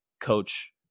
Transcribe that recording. coach